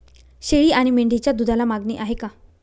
शेळी आणि मेंढीच्या दूधाला मागणी आहे का?